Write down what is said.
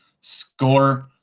score